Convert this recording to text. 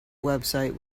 website